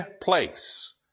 place